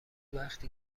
وقتی